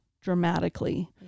dramatically